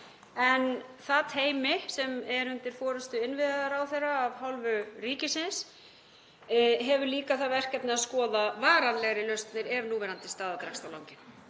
Það teymi sem er undir forystu innviðaráðherra af hálfu ríkisins hefur líka það verkefni að skoða varanlegri lausnir ef núverandi staða dregst á langinn.